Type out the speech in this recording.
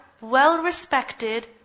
well-respected